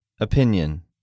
Opinion